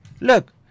look